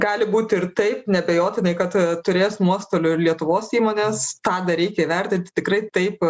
gali būti ir taip neabejotinai kad turės nuostolių ir lietuvos įmonės tą dar reikia įvertinti tikrai taip